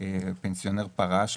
פנסיונר פרש,